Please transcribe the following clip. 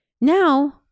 Now